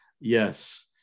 Yes